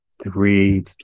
Three